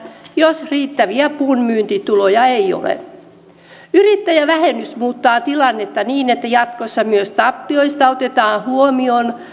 jos riittäviä puun myyntituloja ei ole yrittäjävähennys muuttaa tilannetta niin että jatkossa myös tappioista otetaan huomioon